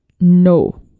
No